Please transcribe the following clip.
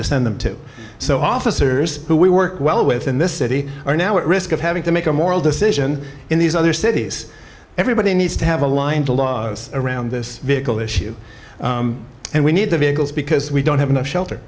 to send them to so officers who we work well with in this city are now at risk of having to make a moral decision in these other cities everybody needs to have a line to law around this vehicle issue and we need the vehicles because we don't have enough shelter